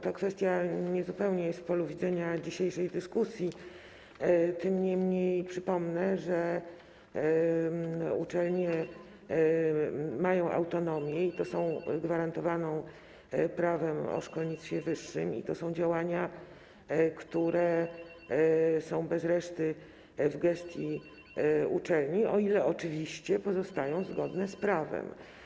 Ta kwestia niezupełnie jest w polu widzenia dzisiejszej dyskusji, niemniej przypomnę, że uczelnie mają autonomię gwarantowaną Prawem o szkolnictwie wyższym i nauce i to są działania, które są bez reszty w gestii uczelni, o ile oczywiście pozostają zgodne z prawem.